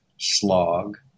slog